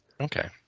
Okay